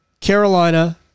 Carolina